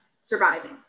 surviving